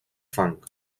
fang